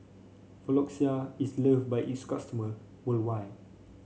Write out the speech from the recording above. Floxia is loved by its customers worldwide